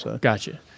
Gotcha